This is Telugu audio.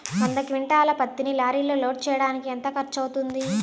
వంద క్వింటాళ్ల పత్తిని లారీలో లోడ్ చేయడానికి ఎంత ఖర్చవుతుంది?